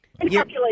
Calculate